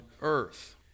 earth